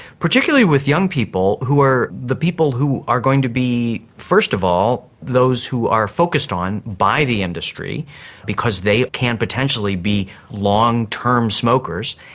particularly with young people who are the people who are going to be first of all those who are focused on by the industry because they can potentially be long-term smokers,